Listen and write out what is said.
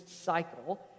cycle